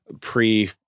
pre